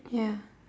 ya